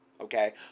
Okay